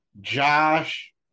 Josh